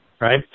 right